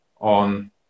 on